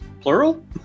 plural